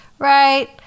Right